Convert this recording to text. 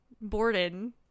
Borden